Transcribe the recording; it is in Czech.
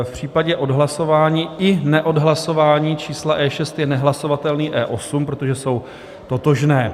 V případě odhlasování i neodhlasování čísla E6 je nehlasovatelný E8, protože jsou totožné.